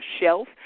shelf